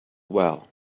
well